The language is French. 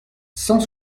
cent